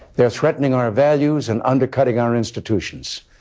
they're threatening our values and undercutting our institutions.